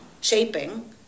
shaping